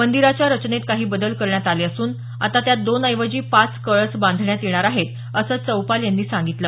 मंदिराच्या रचनेत काही बदल करण्यात आले असून आता त्यात दोन ऐवजी पाच कळस बांधण्यात येणार आहेत असं चौपाल यांनी सांगितलं